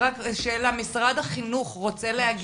בינתיים, משרד החינוך רוצה להגיב?